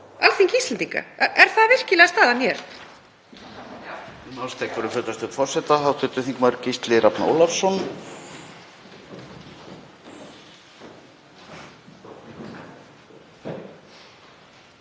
Alþingi Íslendinga? Er það virkilega staðan hér?